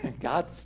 God